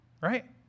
right